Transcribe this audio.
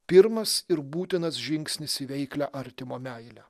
pirmas ir būtinas žingsnis į veiklią artimo meilę